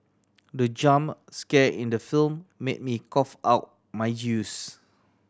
the jump scare in the film made me cough out my juice